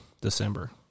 december